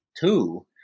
two